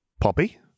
Poppy